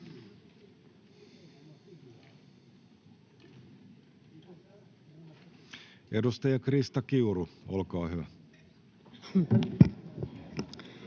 Edustaja Krista Kiuru, olkaa hyvä.